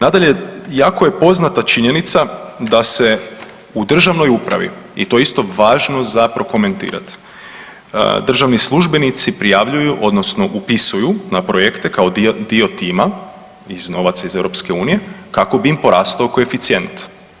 Nadalje jako je poznata činjenica da se u državnoj upravi i to je isto važno za prokomentirati, državni službenici prijavljuju odnosno upisuju na projekte kao dio tima iz novca iz Europske unije kako bi im porastao koeficijent.